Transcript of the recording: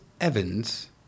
Evans